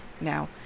now